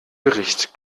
gericht